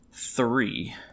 three